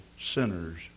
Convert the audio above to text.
sinners